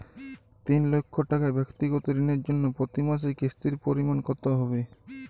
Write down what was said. তিন লক্ষ টাকা ব্যাক্তিগত ঋণের জন্য প্রতি মাসে কিস্তির পরিমাণ কত হবে?